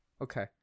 okay